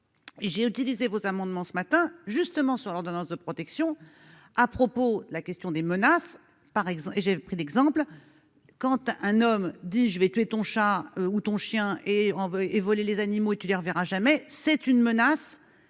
j'ai utilisé vos amendements ce matin justement sur l'ordonnance de protection à propos, la question des menaces, par exemple, j'ai pris d'exemple quand un homme dit je vais tuer ton chat ou ton chien et on veut évoluer les animaux tu les reverras jamais, c'est une menace